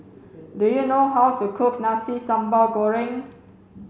do you know how to cook nasi sambal goreng